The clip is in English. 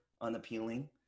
unappealing